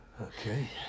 Okay